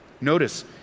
Notice